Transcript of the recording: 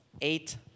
eight